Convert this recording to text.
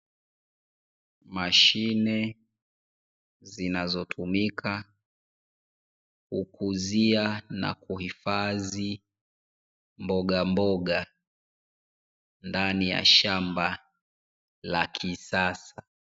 Mashine zinazotumika kukuzia na kuhifadhi, mbogamboga ndani ya shamba la kisasa.